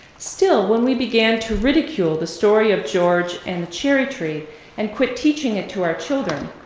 still, when we began to ridicule the story of george and the cherry tree and quit teaching it to our children,